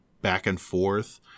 back-and-forth